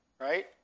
right